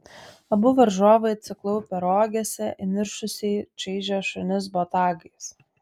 abu varžovai atsiklaupę rogėse įniršusiai čaižė šunis botagais